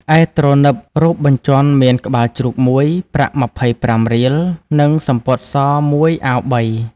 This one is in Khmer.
ឯទ្រនឹបរូបបញ្ជាន់មាន ក្បាលជ្រូក ១ ប្រាក់ ២៥រៀល និងសំពត់ស ១អាវ3 ។